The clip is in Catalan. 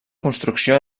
construcció